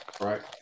right